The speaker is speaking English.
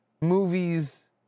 movies